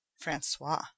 Francois